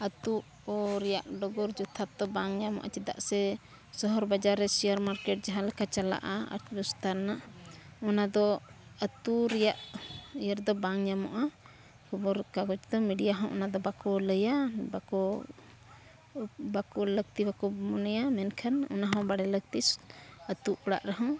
ᱟᱛᱳ ᱠᱚ ᱨᱮᱭᱟᱜ ᱰᱚᱜᱚᱨ ᱡᱚᱛᱷᱟᱛ ᱫᱚ ᱵᱟᱝ ᱧᱟᱢᱚᱜᱼᱟ ᱪᱮᱫᱟᱜ ᱥᱮ ᱥᱚᱦᱚᱨᱼᱵᱟᱡᱟᱨ ᱨᱮ ᱡᱟᱦᱟᱸᱞᱮᱠᱟ ᱪᱟᱞᱟᱜᱼᱟ ᱨᱮᱱᱟᱜ ᱚᱱᱟ ᱫᱚ ᱟᱛᱳ ᱨᱮᱭᱟᱜ ᱤᱭᱟᱹ ᱨᱮᱫᱚ ᱵᱟᱝ ᱧᱟᱢᱚᱜᱼᱟ ᱠᱷᱚᱵᱚᱨ ᱠᱟᱜᱚᱡᱽ ᱫᱚ ᱦᱚᱸ ᱚᱱᱟᱫᱚ ᱵᱟᱠᱚ ᱞᱟᱹᱭᱟ ᱵᱟᱠᱚ ᱵᱟᱠᱚ ᱞᱟᱹᱠᱛᱤ ᱵᱟᱠᱚ ᱢᱚᱱᱮᱭᱟ ᱢᱮᱱᱠᱷᱟᱱ ᱚᱱᱟᱦᱚᱸ ᱵᱟᱲᱟᱭ ᱞᱟᱹᱠᱛᱤ ᱟᱛᱳ ᱚᱲᱟᱜ ᱨᱮᱦᱚᱸ